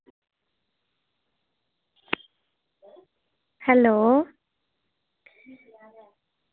hello